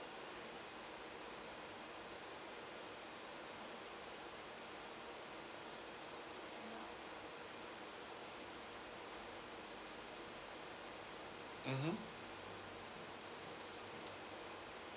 mmhmm